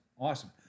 Awesome